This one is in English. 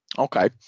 Okay